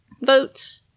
votes